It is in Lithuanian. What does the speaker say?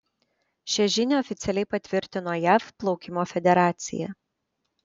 šią žinią oficialiai patvirtino jav plaukimo federacija